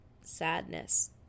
sadness